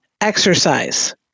exercise